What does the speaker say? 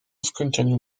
skończeniu